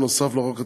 נוסף על כך,